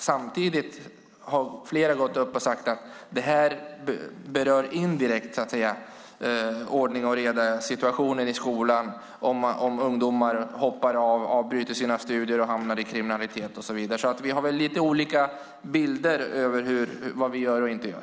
Samtidigt har flera gått upp och sagt att detta indirekt berör ordning och reda, situationen i skolan, om ungdomar avbryter sina studier och hamnar i kriminalitet och annat. Vi har lite olika bilder av vad vi gör och inte gör.